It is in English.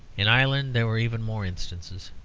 in ireland there were even more instances.